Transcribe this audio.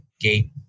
gate